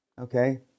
okay